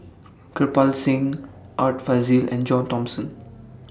Kirpal Singh Art Fazil and John Thomson